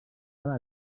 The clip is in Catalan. cada